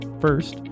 First